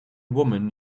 woman